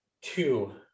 two